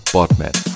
BotMan